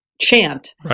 chant